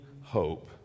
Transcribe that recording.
hope